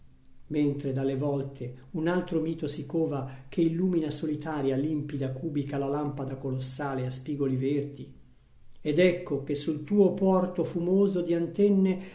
mentre dalle volte un altro mito si cova che illumina solitaria limpida cubica la lampada colossale a spigoli verdi ed ecco che sul tuo porto fumoso di antenne